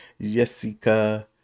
Jessica